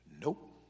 Nope